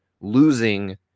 losing